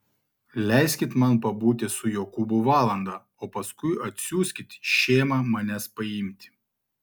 leiskit man pabūti su jokūbu valandą o paskui atsiųskit šėmą manęs paimti